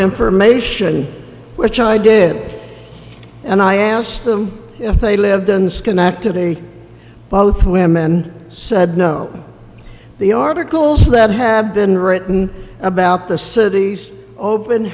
information which i did and i asked them if they lived in schenectady both women said no the articles that have been written about the city's open